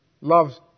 loves